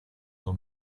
dans